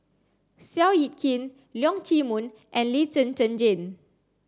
Seow Yit Kin Leong Chee Mun and Lee Zhen Zhen Jane